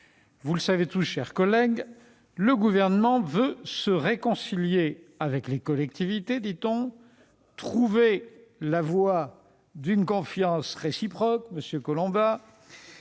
Vous le savez tous, chers collègues, le Gouvernement veut se réconcilier avec les collectivités, dit-on, trouver la voie d'une confiance réciproque, monsieur Collombat,